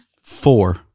Four